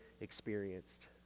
experienced